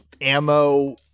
ammo